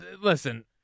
listen